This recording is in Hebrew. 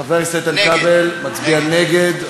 חבר הכנסת איתן כבל מצביע נגד.